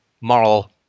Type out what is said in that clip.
moral